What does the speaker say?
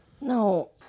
No